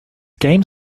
game